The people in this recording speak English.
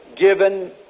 given